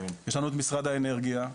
יש לנו את משרד האנרגיה,